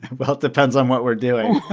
and well, it depends on what we're doing